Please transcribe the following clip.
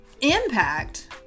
impact